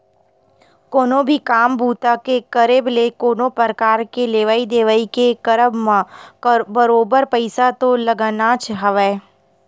कोनो भी काम बूता के करब ते कोनो परकार के लेवइ देवइ के करब म बरोबर पइसा तो लगनाच हवय